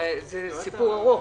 זה סיפור ארוך.